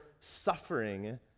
suffering